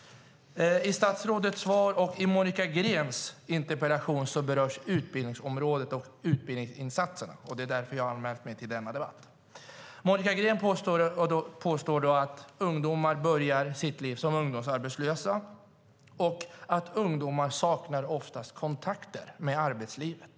I statsrådets svar och i Monica Greens interpellation berörs utbildningsområdet och utbildningsinsatserna. Det var därför jag anmälde mig till debatten. Monica Green påstår att ungdomar börjar sitt liv som arbetslösa och att ungdomar oftast saknar kontakt med arbetslivet.